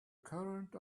current